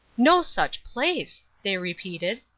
no such place! they repeated.